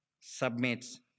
submits